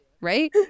Right